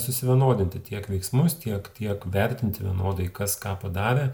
susivienodinti tiek veiksmus tiek tiek vertinti vienodai kas ką padarė